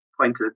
pointed